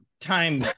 time